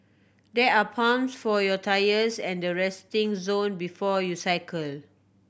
there are pumps for your tyres at the resting zone before you cycle